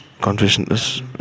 consciousness